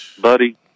buddy